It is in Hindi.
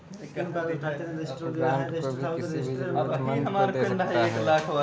ग्रांट को कोई भी किसी भी जरूरतमन्द को दे सकता है